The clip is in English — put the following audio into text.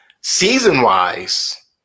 season-wise